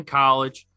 college